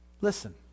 Listen